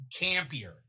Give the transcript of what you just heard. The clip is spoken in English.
campier